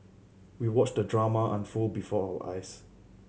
we watched the drama unfold before our eyes